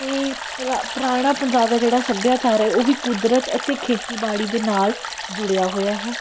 ਅਤੇ ਪੁਰਾ ਪੁਰਾਣਾ ਪੰਜਾਬ ਦਾ ਜਿਹੜਾ ਸੱਭਿਆਚਾਰ ਹੈ ਉਹ ਵੀ ਕੁਦਰਤ ਅਤੇ ਖੇਤੀਬਾੜੀ ਦੇ ਨਾਲ਼ ਜੁੜਿਆ ਹੋਇਆ ਹੈ